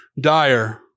dire